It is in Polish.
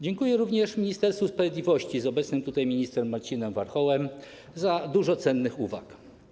Dziękuję również Ministerstwu Sprawiedliwości z obecnym tutaj ministrem Marcinem Warchołem za dużo cennych uwag.